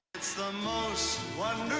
it's the most